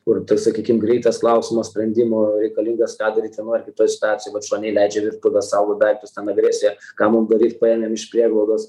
kur toks sakykim greitas klausimo sprendimo reikalingas ką daryt vienoj ar kitoj situacijoj vat šuo neįleidžia į virtuvę saugo daiktus ten agresija ką mum daryt paėmėm iš prieglaudos